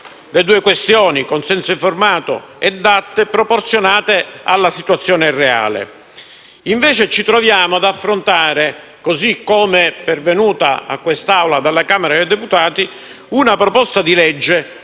le due questioni, consenso informato e DAT, proporzionate alla situazione reale. Invece ci troviamo ad affrontare, così come pervenuta a quest'Assemblea dalla Camera dei deputati, una proposta di legge